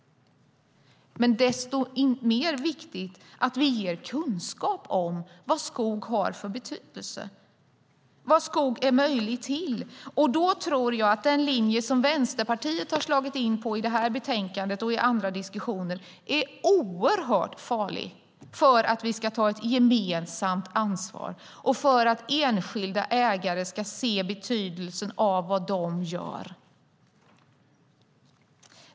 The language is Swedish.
Men desto viktigare är det att vi ger kunskap om vad skog har för betydelse och vad skog är möjligt till. Då tror jag att den linje som Vänsterpartiet har slagit in på i det här betänkandet och i andra diskussioner är oerhört farlig, när det gäller att vi ska ta ett gemensamt ansvar och att enskilda ägare ska se betydelsen av vad de gör.